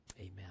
Amen